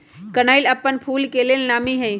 कनइल अप्पन फूल के लेल नामी हइ